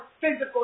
physical